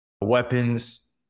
Weapons